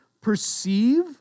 perceive